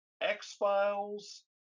X-Files